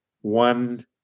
one